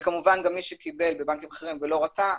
כמובן שמי שקיבל מבנקים אחרים ולא רצה,